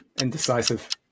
Indecisive